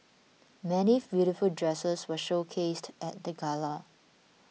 many beautiful dresses were showcased at the gala